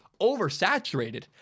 oversaturated